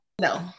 No